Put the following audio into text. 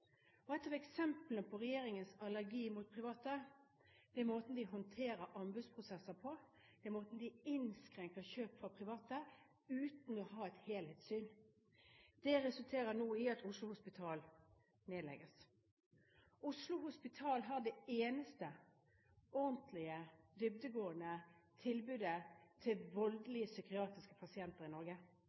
fremover. Ett av eksemplene på regjeringens allergi mot private er måten de håndterer anbudsprosesser på, måten de innskrenker kjøp fra private på, uten å ha et helhetssyn. Det resulterer nå i at Oslo Hospital nedlegges. Oslo Hospital har et ordentlig, dyptgående tilbud til voldelige psykiatriske pasienter i Norge,